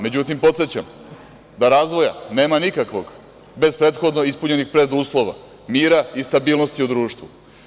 Međutim, podsećam da razvoja nema nikakvog bez prethodno ispunjenih preduslova mira i stabilnosti u društvu.